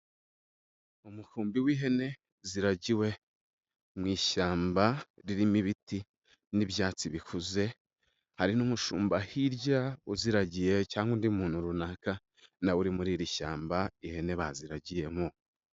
Umukumbi w'ihene ziragiwe mu ishyamba ririmo ibiti n'ibyatsi bikuze hari n'umushumba hirya uziragiye cyangwa undi muntu runaka na we uri muri iri shyamba ihene baziraragiyemo.